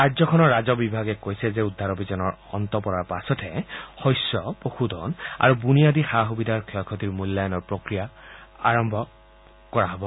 ৰাজ্যখনৰ ৰাজহ বিভাগে কৈছে যে উদ্ধাৰ অভিযানৰ সামৰণি পৰাৰ পাছতে শস্য পশুধন আৰু বুনিয়াদী সা সুবিধাৰ ক্ষয় ক্ষতিৰ মূল্যায়নৰ প্ৰক্ৰিয়া আৰম্ভ কৰা হ'ব